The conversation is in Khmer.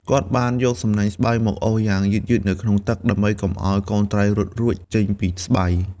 គាត់បានយកសំណាញ់ស្បៃមកអូសយ៉ាងយឺតៗនៅក្នុងទឹក ដើម្បីកុំឲ្យកូនត្រីរត់រួចចេញពីស្បៃ។